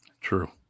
True